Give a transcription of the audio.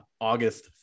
August